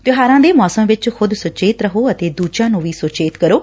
ਤਿਉਹਾਰਾਂ ਦੇ ਮੌਸਮ ਵਿਚ ਖੁਦ ਸੁਚੇਤ ਰਹੋ ਅਤੇ ਦੁਜਿਆਂ ਨੂੰ ਵੀ ਸੁਚੇਤ ਕਰੋ